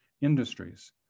industries